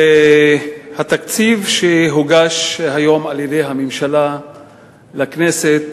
התקציב שהוגש היום על-ידי הממשלה לכנסת